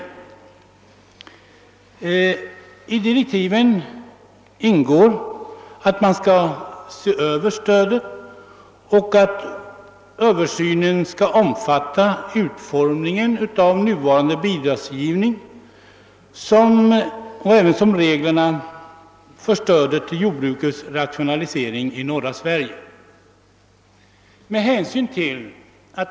Enligt direktiven skall den se över stödet, och översynen skall omfatta utformningen av nuvarande bidrag ävensom reglerna för stödet till jordbrukets rationalisering i norra Sverige.